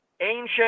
ancient